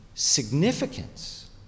significance